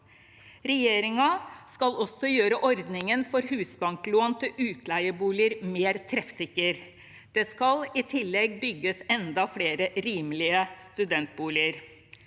Regjeringen skal også gjøre ordningen for husbanklån til utleieboliger mer treffsikker. Det skal i tillegg bygges enda flere rimelige studentboliger.